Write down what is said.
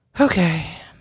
Okay